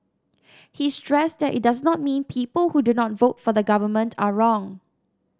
he stressed that it does not mean people who do not vote for the Government are wrong